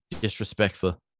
disrespectful